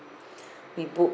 he booked